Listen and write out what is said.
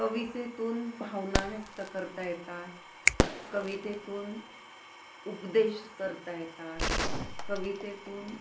कवितेतून भावना व्यक्त करता येतात कवितेतून उपदेश करता येतात कवितेतून